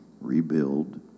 rebuild